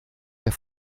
der